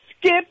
skip